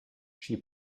she